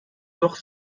doch